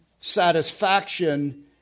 satisfaction